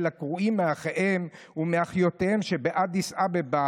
הקרועים מאחיהם ומאחיותיהם שבאדיס אבבה,